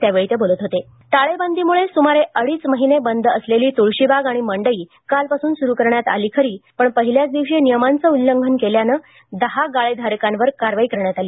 त्यावेळी ते बोलत होते टाळेबंदीमुळे सुमारे अडीच महिने बंद असलेली तुळशीबाग आणि मंडई कालपासून सुरू करण्यात आली खरी पण पहिल्याच दिवशी नियमांचे उल्लंघन केल्याने दहा गाळेधारकांवर कारवाई करण्यात आली